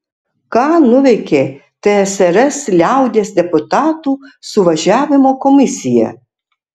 ką nuveikė tsrs liaudies deputatų suvažiavimo komisija